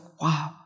wow